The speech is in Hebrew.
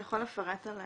אתה יכול לפרט על המקומות?